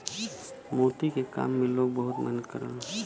मोती के काम में लोग बहुत मेहनत करलन